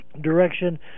direction